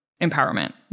empowerment